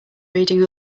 reading